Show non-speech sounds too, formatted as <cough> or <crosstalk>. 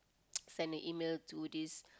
<noise> sending email to these